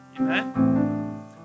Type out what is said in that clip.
amen